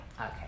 Okay